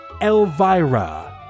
Elvira